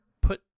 put